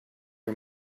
her